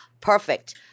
perfect